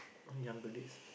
younger days